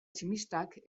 tximistak